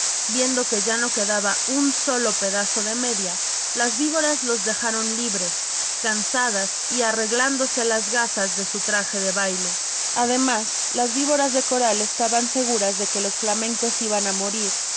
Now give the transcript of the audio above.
viendo que ya no quedaba un solo pedazo de medias las víboras los dejaron libres cansadas y arreglándose las gasas de sus trajes de baile además las víboras de coral estaban seguras de que los flamencos iban a morir